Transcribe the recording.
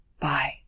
Bye